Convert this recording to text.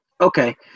okay